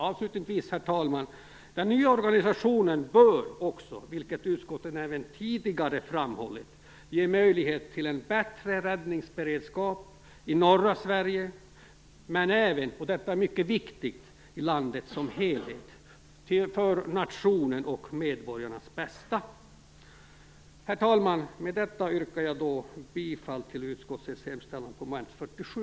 Avslutningsvis, herr talman: Den nya organisationen bör också, vilket utskottet även tidigare framhållit, ge möjlighet till en bättre räddningsberedskap i norra Sverige, men även, vilket är mycket viktigt, i landet som helhet - för nationens och medborgarnas bästa. Herr talman! Med detta yrkar jag bifall till utskottets hemställan i mom. 47.